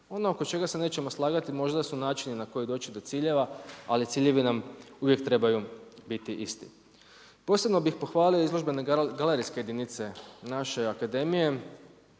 Ono oko čega se nećemo slagati možda su načini do kojih doći do ciljeva, ali ciljevi nam uvijek trebaju biti isti. Posebno bi pohvalio izložbene galerijske jedinice naše akademije,